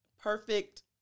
perfect